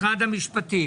משרד המשפטים.